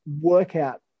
workout